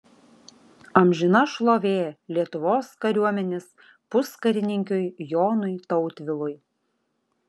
amžina šlovė lietuvos kariuomenės puskarininkiui jonui tautvilui